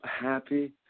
happy